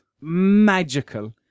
magical